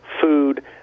food